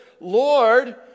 Lord